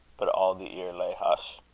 but all the eare lay hush.